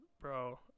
bro